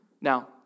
Now